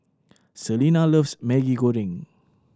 Celena loves Maggi Goreng